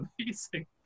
amazing